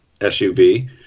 SUV